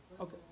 Okay